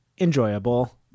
enjoyable